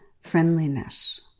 friendliness